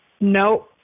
No